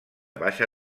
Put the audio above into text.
baixa